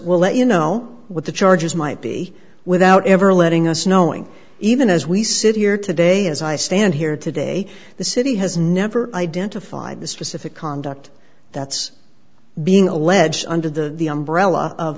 we'll let you know what the charges might be without ever letting us knowing even as we sit here today as i stand here today the city has never identified the specific conduct that's being alleged under the umbrella of